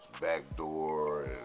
backdoor